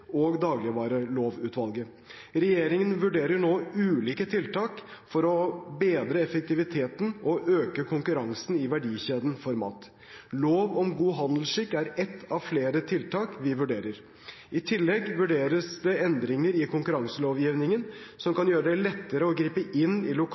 og Dagligvarelovutvalget. Regjeringen vurderer nå ulike tiltak for å bedre effektiviteten og øke konkurransen i verdikjeden for mat. Lov om god handelsskikk er ett av flere tiltak vi vurderer. I tillegg vurderes det endringer i konkurranselovgivningen som kan gjøre det lettere å gripe inn i lokale